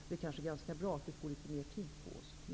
Det kanske är ganska bra att vi nu får litet mera tid på oss.